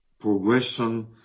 progression